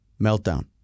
meltdown